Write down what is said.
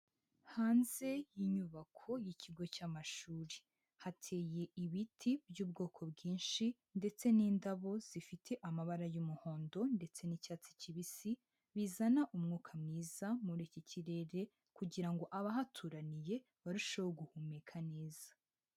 Hanze y'inyubako y'ikigo cy'amashuri hateye ibiti by'ubwoko bwinshi ndetse n'indabo zifite amabara y'umuhondo ndetse n'icyatsi kibisi, bizana umwuka mwiza muri iki kirere kugira ngo abahaturaniye barusheho guhumeka neza.